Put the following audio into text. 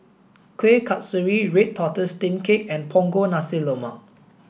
kueh kasturi red tortoise steamed cake and punggol nasi lemak